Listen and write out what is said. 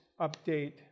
update